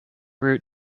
root